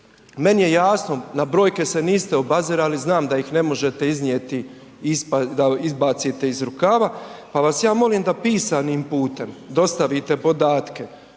meni je jasno, na brojke se niste obazirali, znam da ih ne možete iznijeti da izbacite iz rukava pa vas ja molim da pisanim putem dostavite podatke